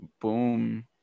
boom